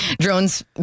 Drones